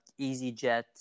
EasyJet